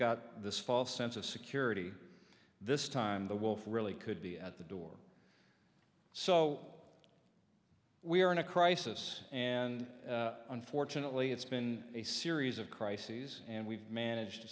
got this false sense of security this time the wolf really could be at the door so we are in a crisis and unfortunately it's been a series of crises and we've managed